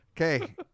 Okay